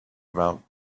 about